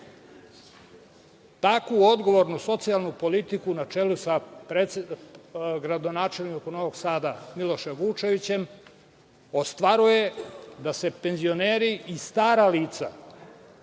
Tako odgovorna socijalna politika, na čelu sa gradonačelnikom Novog Sada, Milošem Vučevićem, ostvaruje to da se penzioneri i stara lica